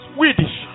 Swedish